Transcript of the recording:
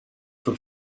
for